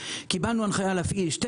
באותו יום רביעי קיבלנו הנחייה להפעיל שתי